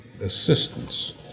assistance